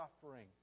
suffering